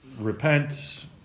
repent